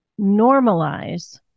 normalize